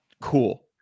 Cool